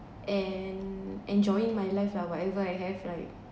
and enjoying my life lah whatever I have like